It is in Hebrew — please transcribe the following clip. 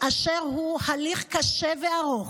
הוא הליך קשה וארוך,